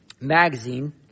magazine